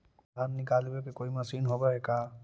धान निकालबे के कोई मशीन होब है का?